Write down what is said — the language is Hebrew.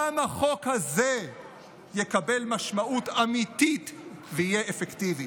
גם החוק הזה יקבל משמעות אמיתית ויהיה אפקטיבי.